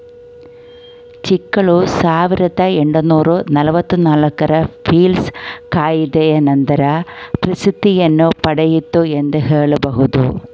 ಚೆಕ್ಗಳು ಸಾವಿರದ ಎಂಟುನೂರು ನಲವತ್ತು ನಾಲ್ಕು ರ ಪೀಲ್ಸ್ ಕಾಯಿದೆಯ ನಂತರ ಪ್ರಸಿದ್ಧಿಯನ್ನು ಪಡೆಯಿತು ಎಂದು ಹೇಳಬಹುದು